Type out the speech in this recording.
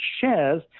shares